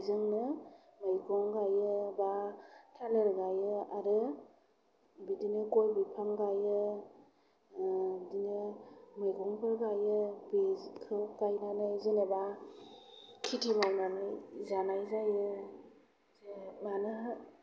बेजोंनो मैगं गायो बा थालिर गायो बिदिनो गय बिफां गायो आरो बिदिनो मौगंफोर गायो बेखौ गायनानै जोनेबा खेथि मावनानै जानाय जायो मानो होमब्ला